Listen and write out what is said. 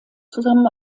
zusammen